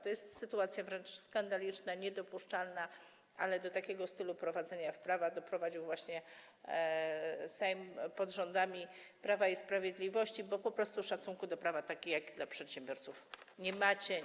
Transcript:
To jest sytuacja wręcz skandaliczna, niedopuszczalna, ale do takiego stylu stanowienia prawa doprowadził właśnie Sejm pod rządami Prawa i Sprawiedliwości, bo po prostu szacunku do prawa, jak również do przedsiębiorców nie macie.